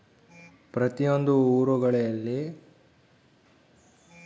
ಪ್ರತಿಯೊಂದು ಊರೊಳಗೆ ಪಶುಸಂಗೋಪನೆ ಆಸ್ಪತ್ರೆ ಅದವೇನ್ರಿ?